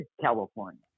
California